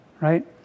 right